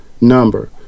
number